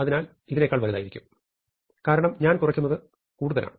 അതിനാൽ ഇതിനെക്കാൾ വലുതായിരിക്കും കാരണം ഞാൻ കുറയ്ക്കുന്നത് കൂടുതലാണ്